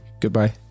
Goodbye